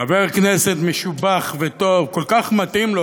חבר כנסת משובח וטוב כל כך מתאים לו,